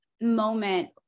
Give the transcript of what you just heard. moment